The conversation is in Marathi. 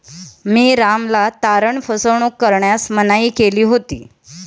मी रामला तारण फसवणूक करण्यास मनाई केली होती